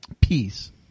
peace